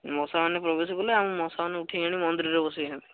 ମଶାମାନେ ପ୍ରବେଶ କଲେ ଆମେ ମଶାମାନଙ୍କୁ ଉଠେଇ ଆଣି ମନ୍ଦିରରେ ବସେଇଛନ୍ତି